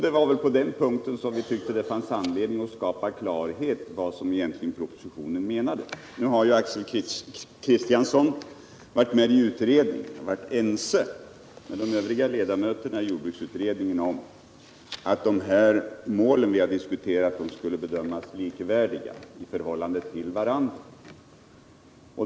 Det var på den punkten vi tyckte det fanns anledning att skapa klarhet om vad propositionen egentligen menade. Nu har Axel Kristiansson varit med i utredningen och varit ense med de övriga ledamöterna i jordbruksutredningen om att de målen han nu har diskuterat skulle bedömas likvärdiga i förhållande till varandra.